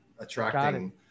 attracting